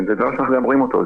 זה דבר שאנחנו רואים אותו,